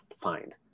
find